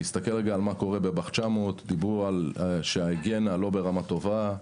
נסתכל רגע מה קורה בב"אח 900: דיברו על כך שההיגיינה לא ברמה טובה,